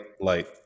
light